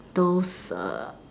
those uh